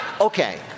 Okay